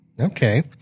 Okay